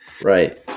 Right